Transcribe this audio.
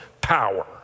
power